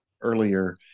earlier